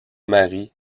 mari